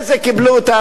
קיבלו, קיבלו.